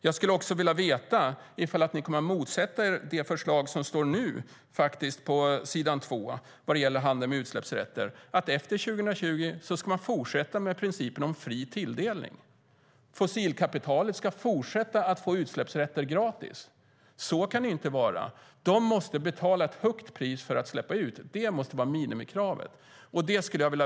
Jag skulle också vilja veta ifall ni kommer att motsätta er det förslag som nu står på s. 2 vad gäller handel med utsläppsrätter, nämligen att efter 2020 ska man fortsätta med principen om fri tilldelning. Fossilkapitalet ska fortsätta att få utsläppsrätter gratis. Så kan det inte vara. De måste betala ett högt pris för att släppa ut. Det måste vara minimikravet.